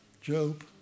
Job